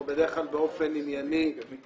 אנחנו בדרך כלל באופן ענייני פועלים